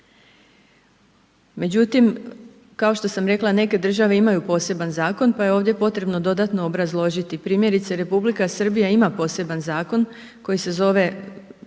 Međutim, kao što sam rekla, neke države imaju poseban zakon, pa je ovdje potrebno dodatno obrazložiti. Primjerice Republika Srbija ima poseban zakon koji se tzv.